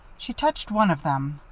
she touched one of them.